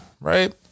right